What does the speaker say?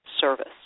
service